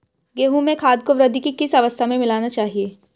गेहूँ में खाद को वृद्धि की किस अवस्था में मिलाना चाहिए?